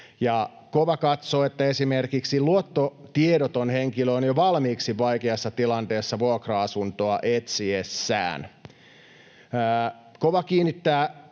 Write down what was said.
KOVA katsoo, että esimerkiksi luottotiedoton henkilö on jo valmiiksi vaikeassa tilanteessa vuokra-asuntoa etsiessään. KOVA kiinnittää